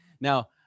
Now